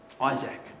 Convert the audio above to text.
Isaac